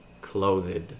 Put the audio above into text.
clothed